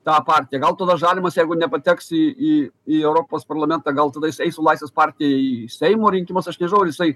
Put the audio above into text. tą partiją gal tada žalimas jeigu nepateks į į europos parlamentą gal tada jis eis su laisvės partija į seimo rinkimus aš nežinau